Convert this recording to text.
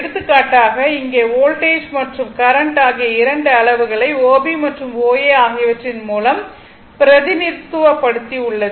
எடுத்துக்காட்டாக இங்கே வோல்டேஜ் மற்றும் கரண்ட் ஆகிய 2 அளவுகளை O B மற்றும் O A ஆகியவற்றின் மூலம் பிரதிநிதித்துவப் படுத்தி உள்ளது